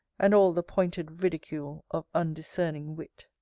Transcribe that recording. and all the pointed ridicule of undiscerning wit.